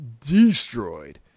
destroyed